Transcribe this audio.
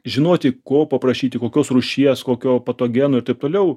žinoti ko paprašyti kokios rūšies kokio patogeno ir taip toliau